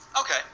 Okay